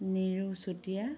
Niru Chutia